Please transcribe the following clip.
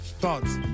thoughts